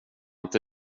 inte